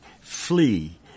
Flee